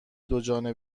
دوجانبه